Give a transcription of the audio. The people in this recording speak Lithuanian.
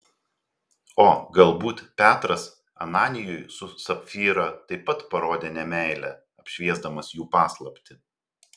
o galbūt petras ananijui su sapfyra taip pat parodė nemeilę apšviesdamas jų paslaptį